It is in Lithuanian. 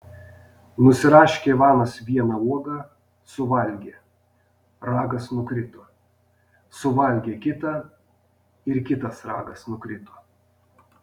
nusiraškė ivanas vieną uogą suvalgė ragas nukrito suvalgė kitą ir kitas ragas nukrito